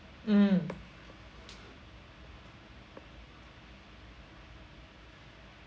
mm